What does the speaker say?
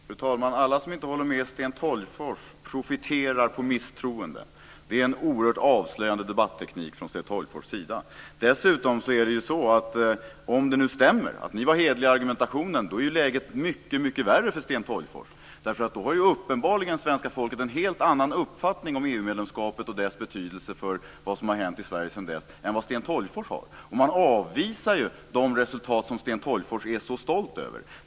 Fru talman! Alla som inte håller med Sten Tolgfors profiterar på misstroende. Det är en oerhört avslöjande debatteknik från Sten Tolgfors sida. Om det nu dessutom stämmer att ni var hederliga i argumentationen, då är ju läget mycket värre för Sten Tolgfors, därför att då har svenska folket uppenbarligen en helt annan uppfattning om EU-medlemskapet och dess betydelse för vad som har hänt i Sverige sedan dess än vad Sten Tolgfors har. Och man avvisar ju de resultat som Sten Tolgfors är så stolt över.